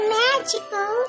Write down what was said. magical